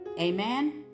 Amen